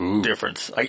difference